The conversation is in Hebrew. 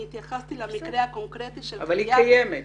אני התייחסתי למקרה הקונקרטי של --- אבל היא קיימת.